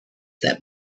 that